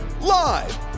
Live